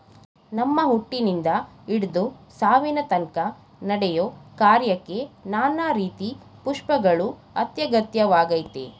ನಮ್ಮ ಹುಟ್ಟಿನಿಂದ ಹಿಡ್ದು ಸಾವಿನತನ್ಕ ನಡೆಯೋ ಕಾರ್ಯಕ್ಕೆ ನಾನಾ ರೀತಿ ಪುಷ್ಪಗಳು ಅತ್ಯಗತ್ಯವಾಗಯ್ತೆ